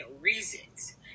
reasons